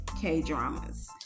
K-dramas